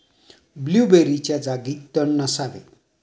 ब्लूबेरीच्या जागी तण नसावे